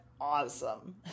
awesome